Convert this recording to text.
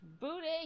Booty